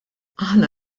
aħna